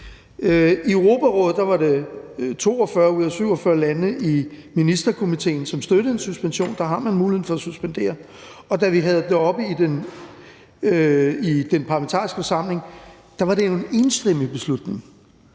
I Europarådet var det 42 lande ud af 47 i Ministerkomitéen, som støttede en suspension, og der har man muligheden for at suspendere, og da vi havde det oppe i Den Parlamentariske Forsamling, var det en entydig beslutning.